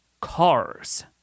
Cars